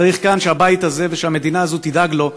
צריך שהבית הזה והמדינה הזאת ידאגו לו,